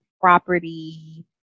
property